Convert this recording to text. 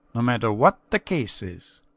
no matter what the case is.